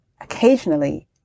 occasionally